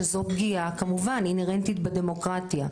שזו פגיעה כמובן אינהרנטית בדמוקרטיה,